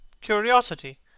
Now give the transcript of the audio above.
Curiosity